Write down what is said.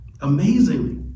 Amazingly